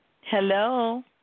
Hello